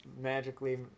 magically